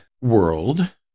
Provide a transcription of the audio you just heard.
world